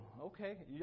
Okay